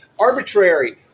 arbitrary